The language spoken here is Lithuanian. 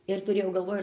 ir turėjau galvoj